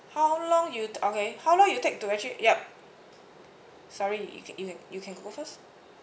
how long you okay how long you take to actually yup sorry you you can~ you can go first